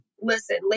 Listen